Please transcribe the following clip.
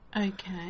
Okay